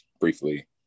briefly